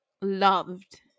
loved